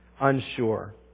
unsure